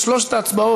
אז שלוש ההצבעות